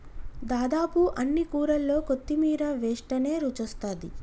దాదాపు అన్ని కూరల్లో కొత్తిమీర వేస్టనే రుచొస్తాది